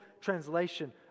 translation